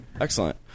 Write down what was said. Excellent